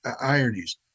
ironies